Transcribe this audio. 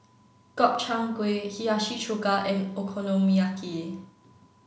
Gobchang Gui Hiyashi Chuka and Okonomiyaki